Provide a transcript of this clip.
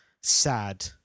sad